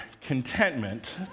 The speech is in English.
contentment